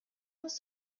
muss